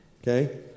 Okay